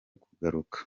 kuguruka